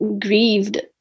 grieved